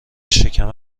شکم